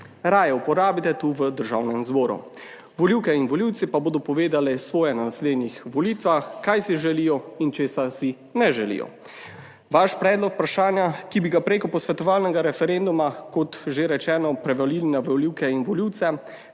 raje uporabite tu v Državnem zboru, volivke in volivci pa bodo povedali svoje na naslednjih volitvah kaj si želijo in česa si ne želijo. Vaš predlog vprašanja, ki bi ga preko posvetovalnega referenduma, kot že rečeno, prevalili na volivke in volivce,